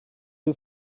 who